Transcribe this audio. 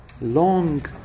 long